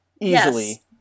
Easily